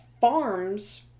farms